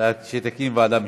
שתקים ועדה משותפת.